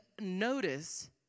notice